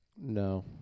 No